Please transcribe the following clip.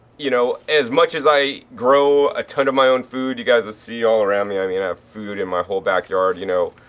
you know, as much as i grow a ton of my own food, you guys' see all around me i mean i have food in my whole back yard, you know,